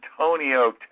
Antonio